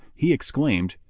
he exclaimed,